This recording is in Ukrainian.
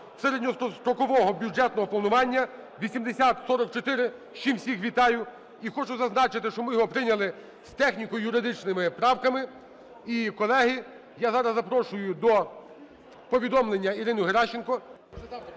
середньострокового бюджетного планування (8044), з чим всіх вітаю. І хочу зазначити, що ми його прийняли з техніко-юридичними правками. І, колеги, я зараз запрошую до повідомлення Ірину Геращенко.